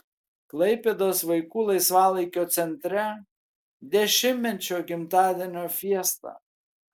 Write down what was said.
klaipėdos vaikų laisvalaikio centre dešimtmečio gimtadienio fiesta